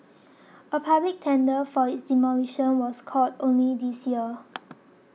a public tender for its demolition was called only this year